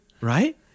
right